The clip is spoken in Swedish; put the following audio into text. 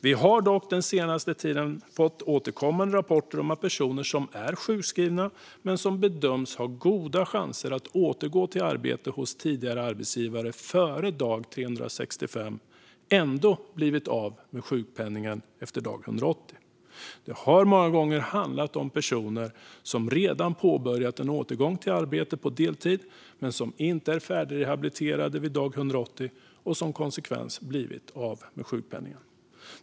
Vi har dock den senaste tiden fått återkommande rapporter om att personer som är sjukskrivna men som bedömts ha goda chanser att återgå till arbete hos tidigare arbetsgivare före dag 365 ändå blir av med sjukpenningen efter dag 180. Det har många gånger handlat om personer som redan påbörjat en återgång till arbete på deltid men inte är färdigrehabiliterade vid dag 180 och som konsekvens blir av med sjukpenningen.